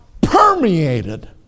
permeated